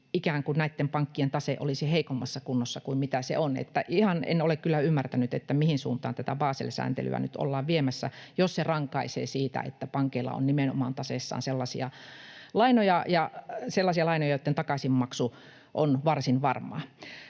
ikään kuin näitten pankkien tase olisi heikommassa kunnossa kuin mitä se on. Eli ihan en ole kyllä ymmärtänyt, että mihin suuntaan tätä Basel-sääntelyä nyt ollaan viemässä, jos se rankaisee siitä, että pankeilla on nimenomaan taseessaan sellaisia lainoja, joiden takaisinmaksu on varsin varmaa.